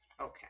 Okay